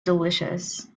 delicious